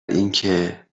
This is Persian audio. اینکه